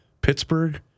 Pittsburgh